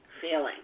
feeling